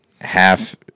half